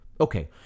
Okay